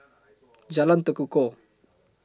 Jalan Tekukor